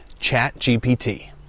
ChatGPT